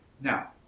Now